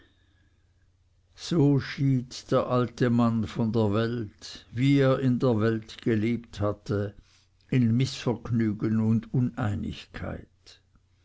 so schied der alte mann von der welt wie er in der welt gelebt hatte in mißvergnügen und uneinigkeit